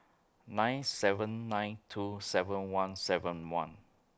nine seven nine two seven one seven one